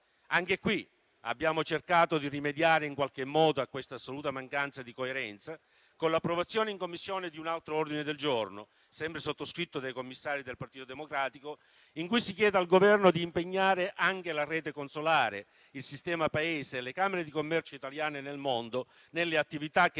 Anche qui abbiamo cercato di rimediare in qualche modo a questa assoluta mancanza di coerenza con l'approvazione in Commissione di un altro ordine del giorno, sempre sottoscritto dai commissari del Partito Democratico, in cui si chiede al Governo di impegnare anche la rete consolare, il sistema Paese e le camere di commercio italiane nel mondo nelle attività che